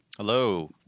Hello